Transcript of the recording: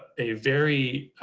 ah a very,